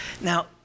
Now